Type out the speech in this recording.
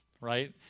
right